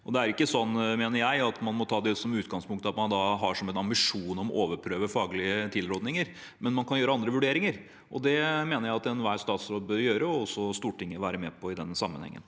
Det er ikke sånn, mener jeg, at man må ta som utgangspunkt at man har som ambisjon å overprøve faglige tilrådinger, men man kan gjøre andre vurderinger. Det mener jeg at enhver statsråd bør gjøre – og også Stortinget være med på – i denne sammenhengen.